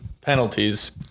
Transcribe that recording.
penalties